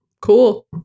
Cool